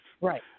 Right